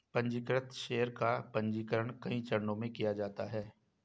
पन्जीकृत शेयर का पन्जीकरण कई चरणों में किया जाता है